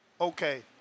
Okay